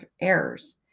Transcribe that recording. errors